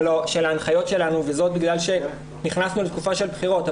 ההנחיות שלנו וזאת בגלל שנכנסנו לתקופה של בחירות.